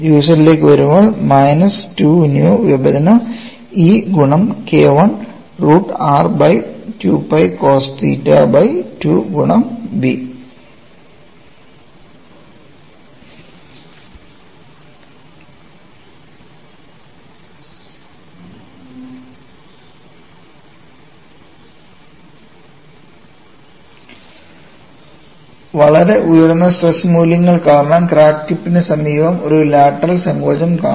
uz ലേക്ക് വരുമ്പോൾ minus 2 nu വിഭജനം E ഗുണം KI root r by 2 Pi cos theta by 2 ഗുണം B വളരെ ഉയർന്ന സ്ട്രെസ്സ് മൂല്യങ്ങൾ കാരണം ക്രാക്ക് ടിപ്പിന് സമീപം ഒരു ലാറ്ററൽ സങ്കോചം കാണാം